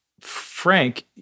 frank